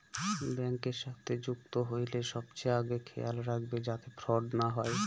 ব্যাঙ্কের সাথে যুক্ত হইলে সবচেয়ে আগে খেয়াল রাখবে যাতে ফ্রড না হয়